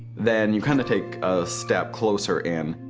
then you kind of take a step closer in,